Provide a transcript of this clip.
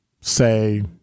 say